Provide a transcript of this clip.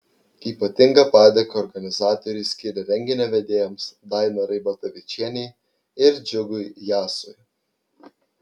ypatingą padėką organizatoriai skiria renginio vedėjams dainorai batavičienei ir džiugui jasui